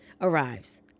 arrives